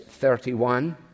31